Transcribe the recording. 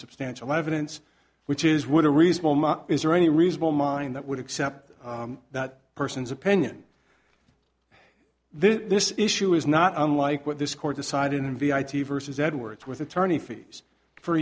substantial evidence which is what a reasonable man is there any reasonable mind that would accept that person's opinion this issue is not unlike what this court decided in vi t versus edwards with attorney fees for